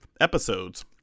episodes